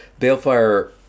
Balefire